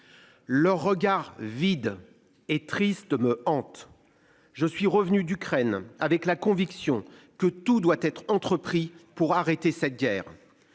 Leur regard vide et triste me hante. Je suis revenu d'Ukraine avec la conviction que tout doit être entrepris pour arrêter cette guerre.